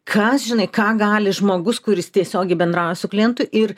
kas žinai ką gali žmogus kuris tiesiogiai bendrauja su klientu ir